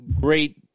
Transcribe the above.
great